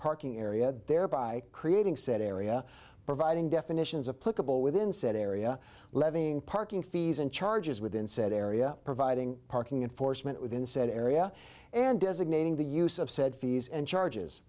parking area thereby creating said area providing definitions of political within said area levying parking fees and charges within said area providing parking enforcement within said area and designating the use of said fees and charges